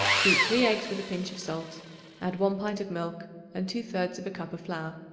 beat three eggs with a pinch of salt add one pint of milk and two three of a cup of flour.